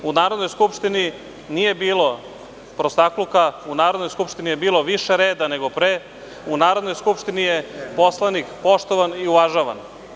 U Narodnoj skupštini nije bilo prostakluka, u Narodnoj skupštini je bilo više reda nego pre, u Narodnoj skupštini je poslanik poštovan i uvažavan.